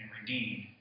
redeemed